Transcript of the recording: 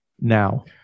now